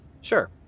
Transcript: Sure